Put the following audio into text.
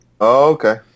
Okay